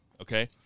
okay